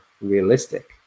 realistic